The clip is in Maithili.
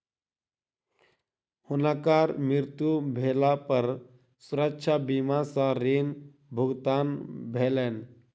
हुनकर मृत्यु भेला पर सुरक्षा बीमा सॅ ऋण भुगतान भेलैन